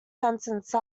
sentence